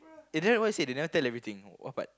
they never even say they never tell everything what but